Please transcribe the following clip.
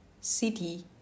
city